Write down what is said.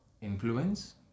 Influence